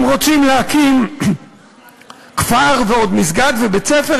הם רוצים להקים כפר, ועוד מסגד, ובית-ספר.